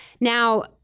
Now